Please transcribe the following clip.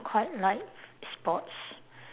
quite like sports